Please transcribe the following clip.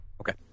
Okay